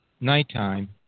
nighttime